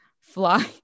fly